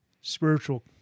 spiritual